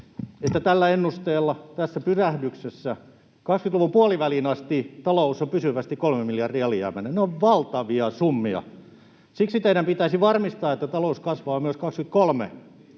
että tällä ennusteella tässä pyrähdyksessä 20-luvun puoliväliin asti talous on pysyvästi 3 miljardia alijäämäinen — ne ovat valtavia summia. Siksi teidän pitäisi varmistaa, että talous kasvaa myös